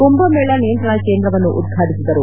ಕುಂಭಮೇಳ ನಿಯಂತ್ರಣ ಕೇಂದ್ರವನ್ನು ಉದ್ಘಾಟಿಸಿದರು